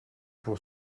pour